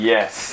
Yes